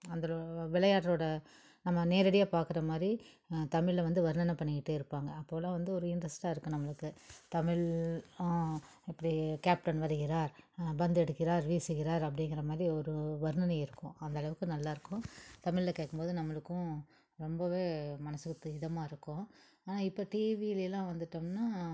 அந்த விளையாடுறதோட நம்ம நேரடியாக பார்க்குற மாதிரி தமிழில் வந்து வர்ணனை பண்ணிக்கிட்டு இருப்பாங்க அப்போல்லாம் வந்து ஒரு இன்ட்ரெஸ்ட்டாக இருக்கு நம்மளுக்கு தமிழ் இப்படி கேப்டன் வருகிறார் பந்து அடிக்கிறார் வீசுகிறார் அப்படிங்குற மாதிரி ஒரு வர்ணனை இருக்கும் அந்த அளவுக்கு நல்லா இருக்கும் தமிழில் கேட்கும்போது நம்மளுக்கும் ரொம்ப மனதுக்கு தே இதம்மாக இருக்கும் ஆனால் இப்போ டிவியில் எல்லாம் வந்துட்டோம்ன்னா